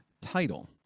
title